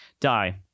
die